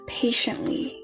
patiently